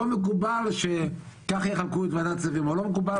לא מקובל שכך יחלקו את ועדת הכספים, או לא מקובל